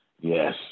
Yes